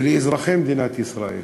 ולאזרחי מדינת ישראל,